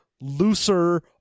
looser